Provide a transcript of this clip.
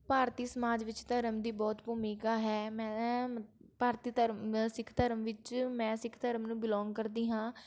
ਭਾਰਤੀ ਸਮਾਜ ਵਿੱਚ ਧਰਮ ਦੀ ਬਹੁਤ ਭੂਮਿਕਾ ਹੈ ਮੈਂ ਭਾਰਤੀ ਧਰਮ ਸਿੱਖ ਧਰਮ ਵਿੱਚ ਮੈਂ ਸਿੱਖ ਧਰਮ ਨੂੰ ਬਿਲੋਂਗ ਕਰਦੀ ਹਾਂ